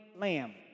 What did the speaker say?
lamb